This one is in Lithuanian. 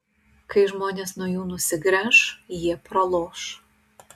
kai žmonės nuo jų nusigręš jie praloš